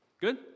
Good